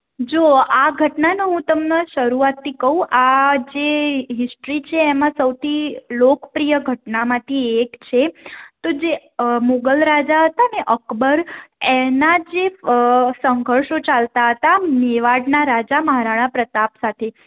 જો આ ઘટનાને હું તમને શરૂઆતથી કહું આ જે હિસ્ટરી છે એમાં સૌથી લોકપ્રિય ઘટનામાંથી એક છે તો જે મોગલ રાજા હતા ને અકબર એના જે સંઘર્ષો ચાલતા હતા મેવાડના રાજા મહારાણા પ્રતાપ સાથે